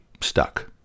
stuck